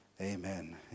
Amen